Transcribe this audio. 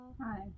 hi